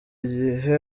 igihe